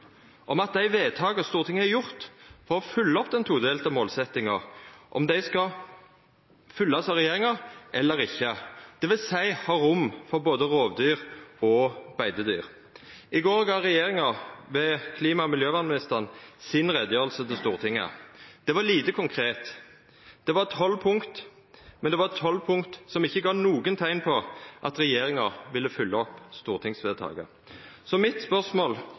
dei vedtaka Stortinget har gjort for å følgja opp den todelte målsetjinga: Skal dei verta følgde opp av regjeringa, eller ikkje? Det vil seia å ha rom for både rovdyr og beitedyr. I går gav regjeringa, ved klima- og miljøvernministeren, si utgreiing til Stortinget. Det var lite konkret. Det var tolv punkt, men det var tolv punkt som ikkje gav nokre teikn på at regjeringa ville følgja opp stortingsvedtaket. Så mitt spørsmål